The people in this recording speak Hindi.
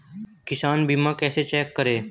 किसान बीमा कैसे चेक करें?